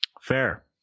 Fair